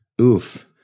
Oof